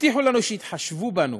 הבטיחו לנו שיתחשבו בנו.